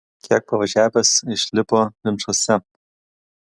kiek pavažiavęs išlipo vinčuose